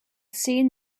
seen